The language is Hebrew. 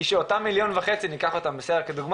הוא שאותם 1.5 מיליון ניקח אותם כדוגמה,